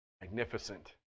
Magnificent